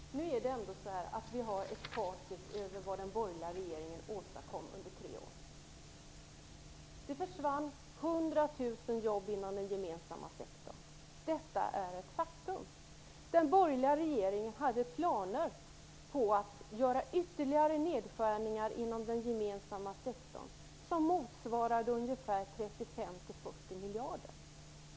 Fru talman! Nu har vi ett facit över vad den borgerliga regeringen åstadkom under tre år. Det försvann 100 000 jobb inom den gemensamma sektorn. Det är ett faktum. Den borgerliga regeringen hade planer på att göra ytterligare nedskärningar inom den gemensamma sektorn som motsvarade 35-40 miljarder.